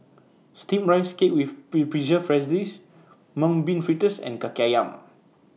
Steamed Rice Cake with Preserved Mung Bean Fritters and Kaki Ayam